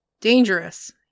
Dangerous